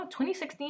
2016